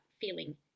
feeling